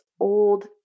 old